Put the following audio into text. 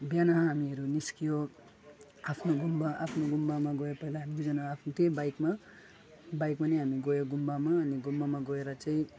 बिहान हामीहरू निस्कियो आफ्नो गुम्बा आफ्नो गुम्बामा गयो पहिला हामी दुईजना आफ्नु त्यही बाइकमा बाइकमा नै हामी गयो गुम्बामा अनि गुम्बामा गएर चाहिँ